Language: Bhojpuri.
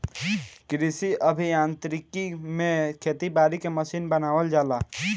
कृषि अभियांत्रिकी में खेती बारी के मशीन बनावल जाला